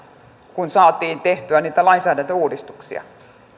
kun saatiin tehtyä niitä lainsäädäntöuudistuksia